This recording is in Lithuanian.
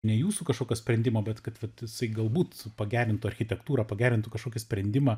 ne jūsų kažkokio sprendimo bet kad vat jisai galbūt pagerintų architektūrą pagerintų kažkokį sprendimą